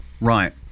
Right